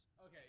Okay